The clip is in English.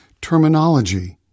terminology